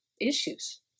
issues